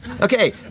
Okay